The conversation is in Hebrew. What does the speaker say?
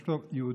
יש פה יהודים,